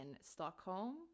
Stockholm